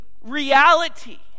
reality